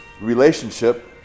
relationship